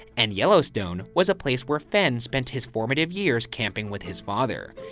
and yellowstone was a place where fenn spent his formative years camping with his father.